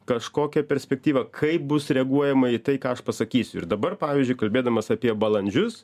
kažkokią perspektyvą kaip bus reaguojama į tai ką aš pasakysiu ir dabar pavyzdžiui kalbėdamas apie balandžius